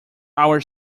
our